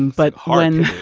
but when.